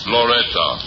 Loretta